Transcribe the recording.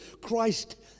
Christ